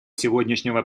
сегодняшнего